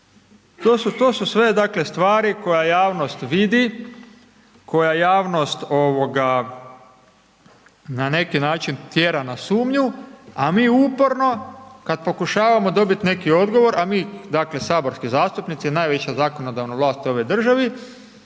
To su sve, dakle, stvari koja javnost vidi, koja javnost na neki način tjera na sumnju, a mi uporno kad pokušavamo dobit neki odgovor, a mi dakle, saborski zastupnici, najviša zakonodavna vlast u ovoj državi,